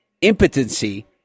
impotency